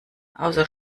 außer